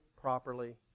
properly